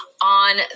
on